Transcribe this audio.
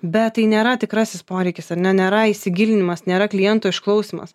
bet tai nėra tikrasis poreikis ar ne nėra įsigilinimas nėra kliento išklausymas